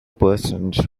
persons